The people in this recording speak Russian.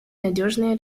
надежные